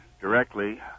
directly